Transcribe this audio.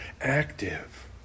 active